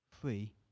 free